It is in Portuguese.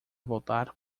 voltar